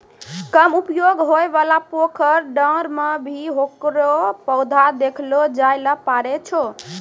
कम उपयोग होयवाला पोखर, डांड़ में भी हेकरो पौधा देखलो जाय ल पारै छो